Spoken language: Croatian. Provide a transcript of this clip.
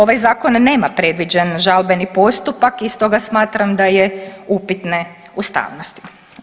Ovaj zakon nema predviđen žalbeni postupak i stoga smatram da je upitne ustavnosti.